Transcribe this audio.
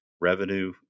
revenue